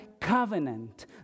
covenant